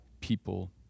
people